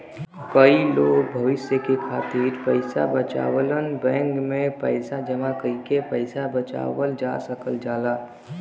कई लोग भविष्य के खातिर पइसा बचावलन बैंक में पैसा जमा कइके पैसा बचावल जा सकल जाला